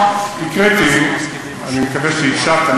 הקראתי, אני מקווה שהקשבת.